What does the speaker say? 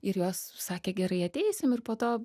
ir jos sakė gerai ateisim ir po to